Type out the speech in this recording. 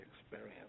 experience